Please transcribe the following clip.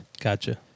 Gotcha